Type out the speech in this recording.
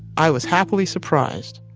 i was happily surprised.